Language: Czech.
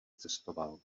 cestoval